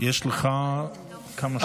יש לך כמה שאתה רוצה.